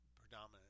predominant